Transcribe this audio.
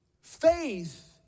Faith